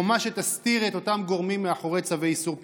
חומה שתסתיר את אותם גורמים מאחורי צווי איסור פרסום.